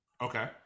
Okay